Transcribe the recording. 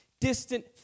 distant